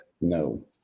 no